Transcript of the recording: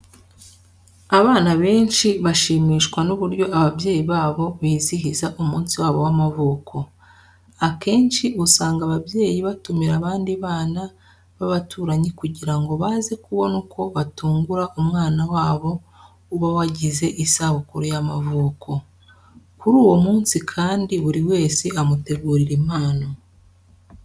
Abana benshi bashimishwa n'uburyo ababyeyi babo bizihiza umunsi wabo w'amavuko. Akenshi usanga ababyeyi batumira abandi bana b'abaturanyi kugira ngo baze kubona uko batungura umwana wabo uba wagize isabukuru y'amavuko. Kuri uwo munsi kandi buri wese amutegurira impano.